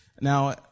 Now